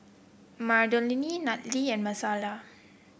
Madilynn Natalee and Messiah